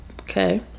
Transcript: Okay